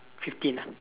fifteen ah